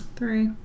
three